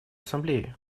ассамблеи